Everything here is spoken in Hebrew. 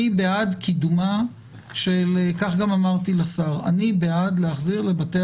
אני בעד כך גם אמרתי לשר להחזיר לבתי